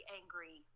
angry